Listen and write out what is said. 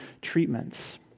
treatments